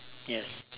yes